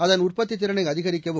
அதன் உற்பத்தித் திறனை அதிகரிக்கவும்